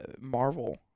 Marvel